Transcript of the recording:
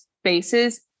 spaces